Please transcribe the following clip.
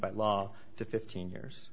by law to fifteen years